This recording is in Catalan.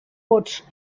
vots